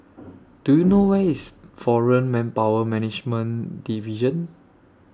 Do YOU know Where IS Foreign Manpower Management Division